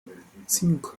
cinco